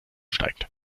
steigt